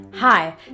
Hi